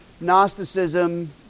Gnosticism